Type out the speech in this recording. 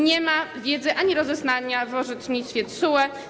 Nie ma wiedzy ani rozeznania w orzecznictwie TSUE.